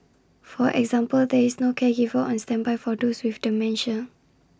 for example there is no caregiver on standby for those with dementia